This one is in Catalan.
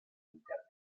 internet